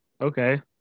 Okay